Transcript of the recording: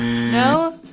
no?